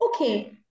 Okay